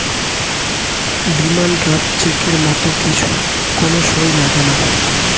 demand draft চেকের মত কিছু কোন সই লাগেনা